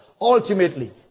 Ultimately